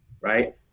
right